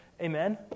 Amen